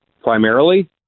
primarily